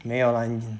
没有 lah 你